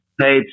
page